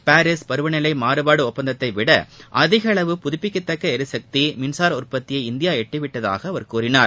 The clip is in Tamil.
பாரீஸ் பருவநிலை மாறுபாடு ஒப்பந்தத்தை விட அதிக அளவு புதுப்பிக்கத்தக்க எரிசக்தி மின்சார உற்பத்தியை இந்தியா எட்டிவிட்டதாக அவர் கூறினார்